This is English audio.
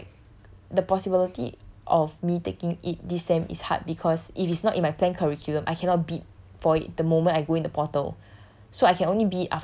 but like the possibility of me taking it this sem is hard because if it's not in my plan curriculum I cannot bid for it the moment I go in the portal